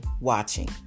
watching